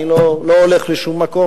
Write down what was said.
אני לא הולך לשום מקום.